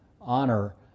honor